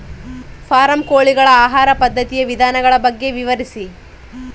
Form ಕೋಳಿಗಳ ಆಹಾರ ಪದ್ಧತಿಯ ವಿಧಾನಗಳ ಬಗ್ಗೆ ವಿವರಿಸಿ?